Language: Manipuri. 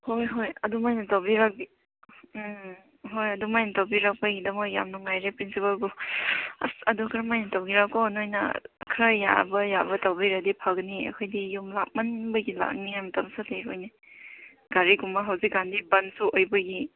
ꯍꯣꯏ ꯍꯣꯏ ꯑꯗꯨꯃꯥꯏꯅ ꯇꯧꯕꯤꯔꯗꯤ ꯎꯝ ꯍꯣꯏ ꯑꯗꯨꯃꯥꯏꯅ ꯇꯧꯕꯤꯔꯛꯄꯒꯤꯗꯃꯛ ꯌꯥꯝ ꯅꯨꯡꯉꯥꯏꯔꯦ ꯄ꯭ꯔꯤꯟꯁꯤꯄꯥꯜꯕꯨ ꯑꯁ ꯑꯗꯨ ꯀꯔꯝꯃꯥꯏꯅ ꯇꯧꯒꯦꯔꯥꯀꯣ ꯅꯣꯏꯅ ꯈꯔ ꯌꯥꯕ ꯌꯥꯕ ꯇꯧꯕꯤꯔꯗꯤ ꯐꯒꯅꯤ ꯑꯩꯈꯣꯏꯗꯤ ꯌꯨꯝ ꯂꯥꯞꯃꯟꯕꯒꯤ ꯂꯥꯛꯅꯤꯡꯉꯥꯏ ꯃꯇꯝꯁꯨ ꯂꯩꯔꯣꯏꯅꯦ ꯒꯥꯔꯤꯒꯨꯝꯕ ꯍꯧꯖꯤꯛꯀꯥꯟꯗꯤ ꯕꯟꯁꯨ ꯑꯣꯏꯕꯒꯤ